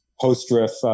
post-drift